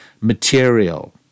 material